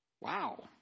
Wow